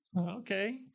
Okay